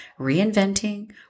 reinventing